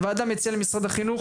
הוועדה מציעה למשרד החינוך